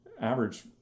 average